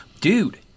Dude